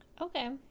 Okay